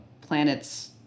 planet's